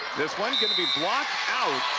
this one going to be blocked out